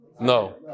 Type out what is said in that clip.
No